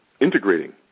integrating